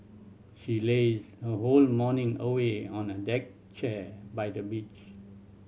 she lazed her whole morning away on a deck chair by the beach